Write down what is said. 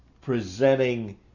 presenting